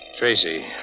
Tracy